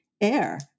air